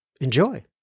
Enjoy